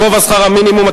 גובה שכר מינימום),